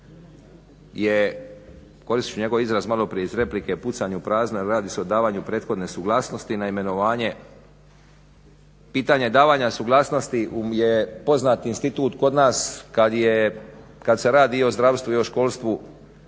je koristit ću njegov izraz maloprije iz replike pucanj u prazno jer radi se o davanju prethodne suglasnosti na imenovanje, pitanje davanja suglasnosti je poznat institut kod nas kad se radi i o zdravstvu i o školstvu.